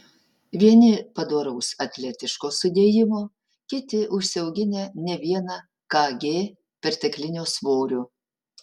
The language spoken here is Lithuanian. vieni padoraus atletiško sudėjimo kiti užsiauginę ne vieną kg perteklinio svorio